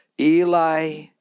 Eli